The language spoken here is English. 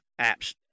apps